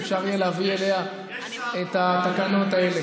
ואפשר יהיה להביא אליה את התקנות האלה.